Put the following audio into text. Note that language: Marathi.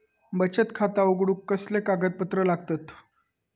बचत खाता उघडूक कसले कागदपत्र लागतत?